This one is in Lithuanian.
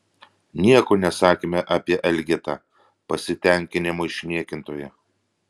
nieko nesakėme apie elgetą pasitenkinimo išniekintoją